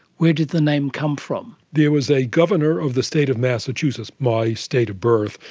where did the name come from? there was a governor of the state of massachusetts, my state of birth,